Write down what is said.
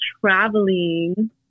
traveling